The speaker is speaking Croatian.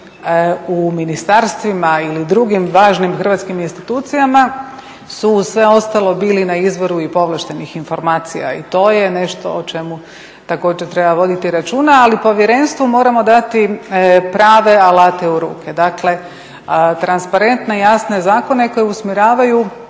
u ministarstvima ili drugim važnim hrvatskim institucijama su sve ostalo bili na izvoru i povlaštenih informacija i to je nešto o čemu također treba voditi računa. Ali povjerenstvu moramo dati prave alate u ruke, dakle transparentne i jasne zakone koji usmjeravaju